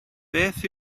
beth